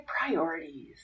priorities